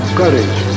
courage